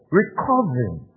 recovering